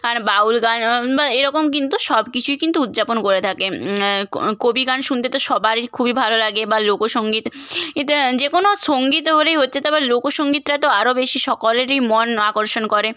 আর বাউল গান বা এরকম কিন্তু সব কিছুই কিন্তু উদযাপন করে থাকে কবি গান শুনতে তো সবারির খুবই ভালো লাগে বা লোক সঙ্গীত এটা যে কোনও সঙ্গীত হলেই হচ্ছে তারপর লোক সঙ্গীতটা তো আরও বেশি সকলেরই মন আকর্ষণ করে